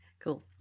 Cool